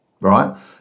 right